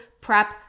prep